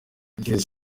ikirezi